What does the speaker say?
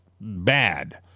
bad